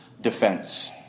defense